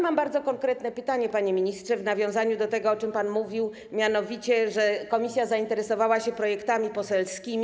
Mam bardzo konkretne pytanie, panie ministrze, w nawiązaniu do tego, o czym pan mówił, mianowicie, że Komisja zainteresowała się projektami poselskimi.